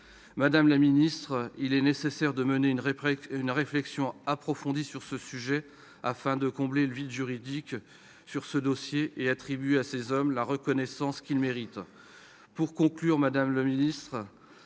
Madame la secrétaire d'État, il est nécessaire de mener une réflexion approfondie sur le sujet, afin de combler le vide juridique sur ce dossier et d'attribuer à ces hommes la reconnaissance qu'ils méritent. Pour conclure, Verdun étant